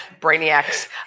Brainiacs